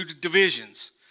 divisions